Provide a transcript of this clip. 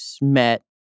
met